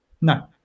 No